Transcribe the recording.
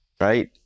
right